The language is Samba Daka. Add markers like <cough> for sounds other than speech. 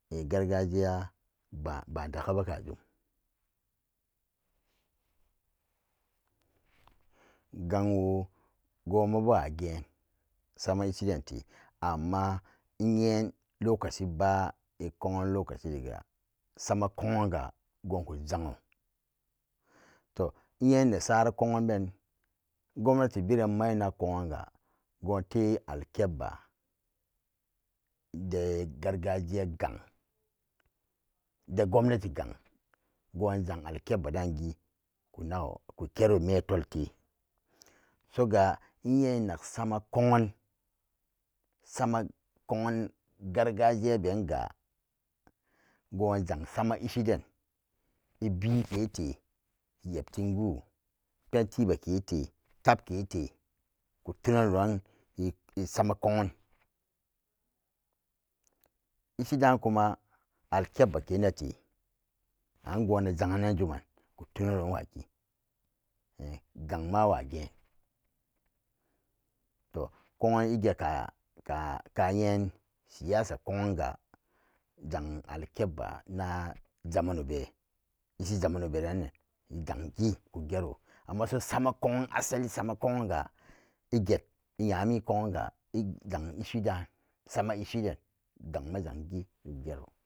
A gargajiy kpwa dagana gajum ganwo gonma bawa gen sama ishiden de amma imuxen locaciba konnan ga gon ko zan wo to inyene saran konnan ben gommati veranan inan kute alkepba de garga jiya gan gommanati gan gonzan alkebba dannan ge ko nakgo ko kero metol te saga inniyen sama konnan sama konnan gargajiya ben ga gonzan sama ishi ibbi kete iyabtin go pentiba ke te tab kete kon tunan nan isama konnan ishi dan kuma glkeb ba kan nate an gonna zannan juman kotona non kakee gan ma awagen to konnan ige ka <unintelligible> alkebba na zamane be zammana berannan gero amma so sama konan asali sama konnan ga inyanne konnanga izan ishi dan samo ishiden gan man zan gen ko gero